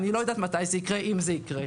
אני לא יודעת מתי זה יקרה, אם זה יקרה.